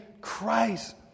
Christ